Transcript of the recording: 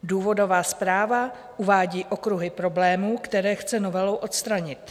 Důvodová zpráva uvádí okruhy problémů, které chce novelou odstranit.